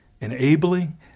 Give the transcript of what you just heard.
enabling